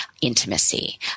intimacy